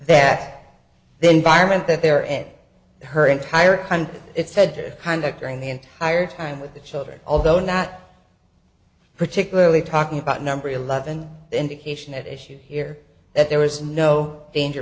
that the environment that they're in her entire country it said her conduct during the entire time with the children although not particularly talking about number eleven the indication at issue here that there was no danger